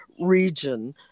region